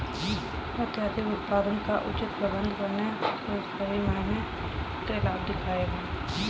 अत्यधिक उत्पादन का उचित प्रबंधन करने से सही मायने में लाभ दिखेगा